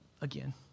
again